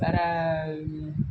வேறு